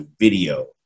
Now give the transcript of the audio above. video